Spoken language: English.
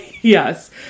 Yes